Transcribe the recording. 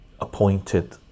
appointed